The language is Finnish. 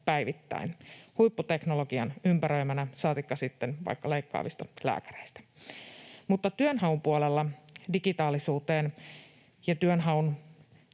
päivittäin huipputeknologian ympäröiminä, saatikka sitten vaikka leikkaavat lääkärit. Mutta työnhaun puolella digitaalisuuteen — ja työnhaun